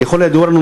ככל הידוע לנו,